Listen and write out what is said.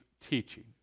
teaching